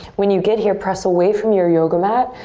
when you get here, press away from your yoga mat.